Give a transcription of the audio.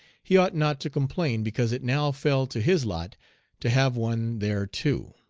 he ought not to complain because it now fell to his lot to have one there too.